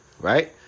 right